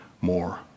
more